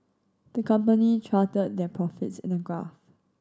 the company charted their profits in a graph